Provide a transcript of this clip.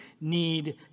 need